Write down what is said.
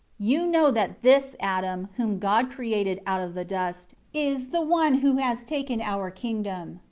you know that this adam, whom god created out of the dust, is the one who has taken our kingdom,